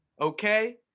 Okay